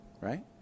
right